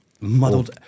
muddled